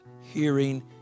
hearing